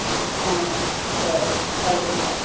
ஆ ஆ ஆ சரி தேங்க் யூ சார்